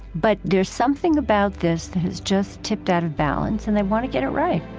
but there's something about this that has just tipped out of balance and they want to get it right